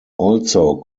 also